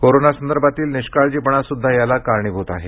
कोरोनासंदर्भातील निष्काळजीपणासुद्धा याला कारणीभूत आहे